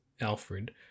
Alfred